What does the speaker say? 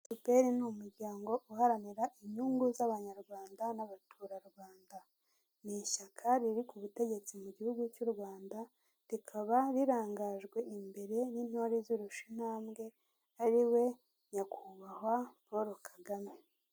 Efuperi ni umuryango uharanira inyungu z'abanyarwanda n'abaturarwanda. Ni ishyaka riri ku butegetsi mu gihugu cy'u Rwanda, rikaba rirangajwe imbere n'intore izirusha intambwe, ari we nyakubahwa Paul Kagame.